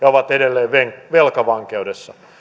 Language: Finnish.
ovat edelleen velkavankeudessa